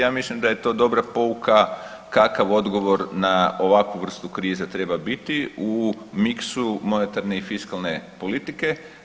Ja mislim da je to dobra pouka kakav odgovor na ovakvu vrstu krize treba biti u miksu monetarne i fiskalne politike.